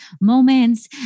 moments